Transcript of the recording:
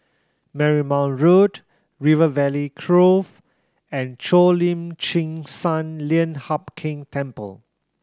Marymount Road River Valley Grove and Cheo Lim Chin Sun Lian Hup Keng Temple